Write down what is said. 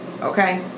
Okay